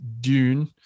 Dune